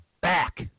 back